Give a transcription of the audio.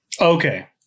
Okay